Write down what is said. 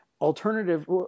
alternative